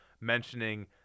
mentioning –